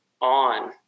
on